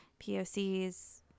POCs